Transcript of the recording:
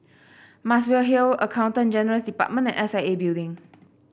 Muswell Hill Accountant General's Department and S I A Building